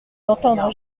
d’entendre